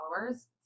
followers